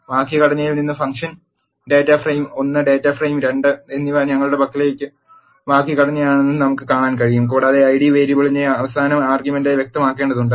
വാക്യഘടനയിൽ നിന്ന് function data frame 1 data frame 2 എന്നിവ ഞങ്ങളുടെ പക്കലുള്ള വാക്യഘടനയാണെന്ന് നമുക്ക് കാണാൻ കഴിയും കൂടാതെ ഐഡി വേരിയബിളിനെ അവസാന ആർഗ്യുമെന്റായി വ്യക്തമാക്കേണ്ടതുണ്ട്